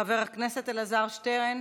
חבר הכנסת אלעזר שטרן,